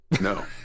No